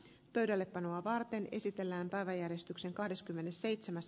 pöydällepanoa varten esitellään päiväjärjestyksen kahdeskymmenesseitsemäs